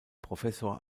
professor